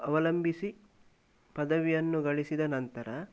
ಅವಲಂಬಿಸಿ ಪದವಿಯನ್ನು ಗಳಿಸಿದ ನಂತರ